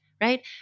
right